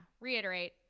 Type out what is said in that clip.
reiterate